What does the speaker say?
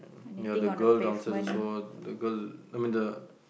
ya the girl downstairs also the girl I mean the